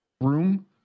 room